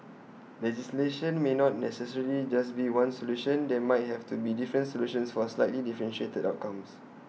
legislation may not necessarily just be one solution there might have to be different solutions for slightly differentiated outcomes